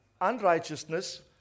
unrighteousness